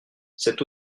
cette